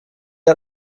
hat